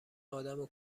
آدمو